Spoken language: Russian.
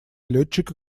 летчика